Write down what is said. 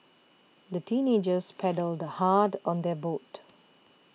the teenagers paddled hard on their boat